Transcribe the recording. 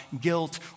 guilt